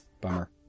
Bummer